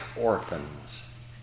orphans